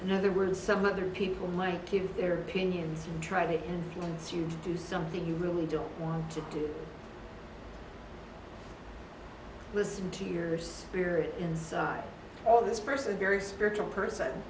in other words some other people might give their opinions and try to influence you to do something you really don't want to do listen to your spirit inside all this person very spiritual person